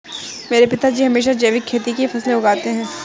मेरे पिताजी हमेशा जैविक खेती की फसलें उगाते हैं